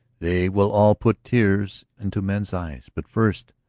they will all put tears into men's eyes. but first,